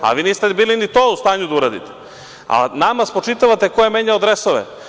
Ali, vi niste bili u stanju ni to da uradite, a nama spočitavate ko je menjao dresove.